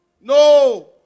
No